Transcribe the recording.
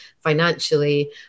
financially